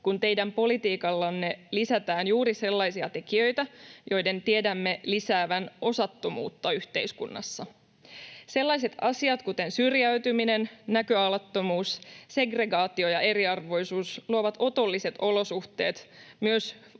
kun teidän politiikallanne lisätään juuri sellaisia tekijöitä, joiden tiedämme lisäävän osattomuutta yhteiskunnassa. Sellaiset asiat kuten syrjäytyminen, näköalattomuus, segregaatio ja eriarvoisuus luovat valitettavasti otolliset olosuhteet myös